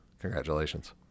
congratulations